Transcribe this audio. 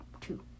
two